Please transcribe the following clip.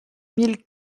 mille